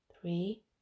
three